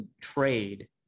trade